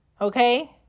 okay